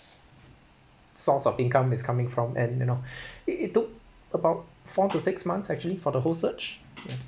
source of income is coming from and you know it it took about four to six months actually for the whole search ya